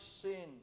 sin